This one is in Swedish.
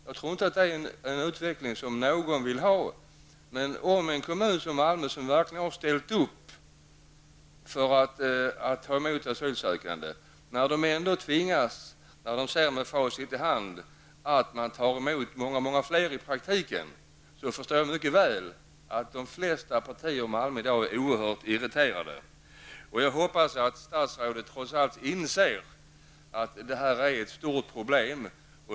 Jag tror inte att någon vill ha en sådan utveckling. Om en kommun som Malmö som verkligen har ställt och tagit emot asylsökande, ändå tvingas att ta emot många fler i praktiken, förstår jag mycket väl att man inom de flesta partier i Malmö i dag är oerhört irriterad. Jag hoppas att statsrådet trots allt inser att detta är ett stort problem.